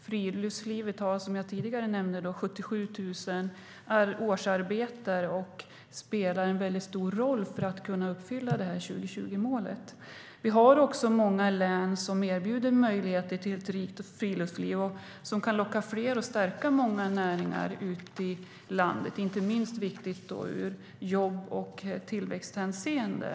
Friluftslivet har, som jag nämnde tidigare, 77 000 årsarbetare och spelar stor roll för att kunna uppfylla 2020-målet. Vi har många län som erbjuder möjligheter till ett rikt friluftsliv genom att locka fler och stärka många näringar ute i landet, vilket är viktigt inte minst i jobb och tillväxthänseende.